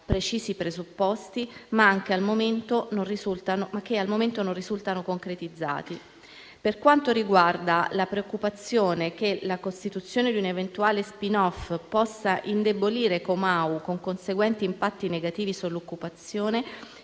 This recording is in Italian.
precisi presupposti, ma che al momento non risultano concretizzati. Per quanto riguarda la preoccupazione che la costituzione di un eventuale *spin off* possa indebolire Comau, con conseguenti impatti negativi sull'occupazione,